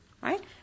right